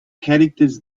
characters